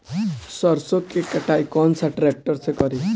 सरसों के कटाई कौन सा ट्रैक्टर से करी?